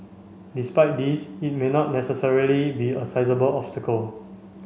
despite this it may not necessarily be a sizeable obstacle